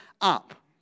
up